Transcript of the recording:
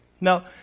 Now